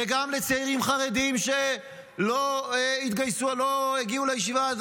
וגם צעירים חרדים שלא התגייסו או עדיין לא הגיעו לישיבה,